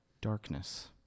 darkness